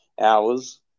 hours